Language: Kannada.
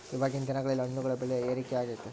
ಇವಾಗಿನ್ ದಿನಗಳಲ್ಲಿ ಹಣ್ಣುಗಳ ಬೆಳೆ ಏರಿಕೆ ಆಗೈತೆ